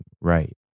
right